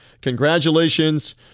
Congratulations